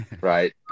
Right